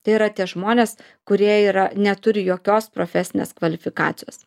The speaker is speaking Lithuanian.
tai yra tie žmonės kurie yra neturi jokios profesinės kvalifikacijos